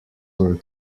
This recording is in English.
were